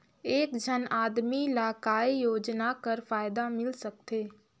एक झन आदमी ला काय योजना कर फायदा मिल सकथे?